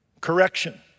correction